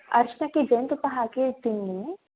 ಅರಿಶ್ಣಕ್ಕೆ ಜೇನುತುಪ್ಪ ಹಾಕಿ ತಿನ್ನಿ